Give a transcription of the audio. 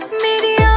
me